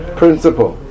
principle